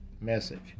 message